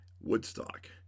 Woodstock